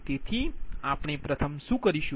તેથી આપણે પ્રથમ શુ કરીશુ